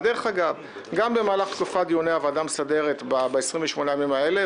גם במהלך תקופת דיוני הוועדה המסדרת ב-21 הימים האלה,